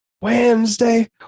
Wednesday